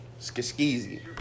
Skiskeezy